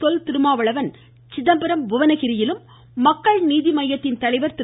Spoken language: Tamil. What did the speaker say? தொல் திருமாவளவன் சிதம்பரம் புவனகிரியிலும் மக்கள் நீதி மையத்தின் தலைவா் திரு